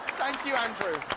thank you, andrew,